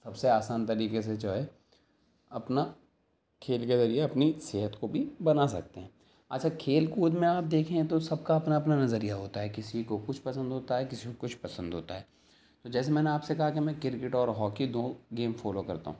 سب سے آسان طریقے سے جو ہے اپنا کھیل کے ذریعے اپنی صحت کو بھی بنا سکتے ہیں اچھا کھیل کود میں آپ دیکھیں تو سب کا اپنا اپنا نظریہ ہوتا ہے کسی کو کچھ پسند ہوتا ہے کسی کو کچھ پسند ہوتا ہے تو جیسے میں نے آپ سے کہا کہ میں کرکٹ اور ہاکی دو گیم فالو کرتا ہوں